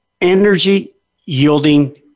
energy-yielding